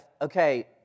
okay